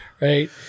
Right